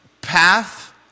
path